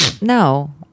No